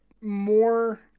more